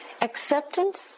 acceptance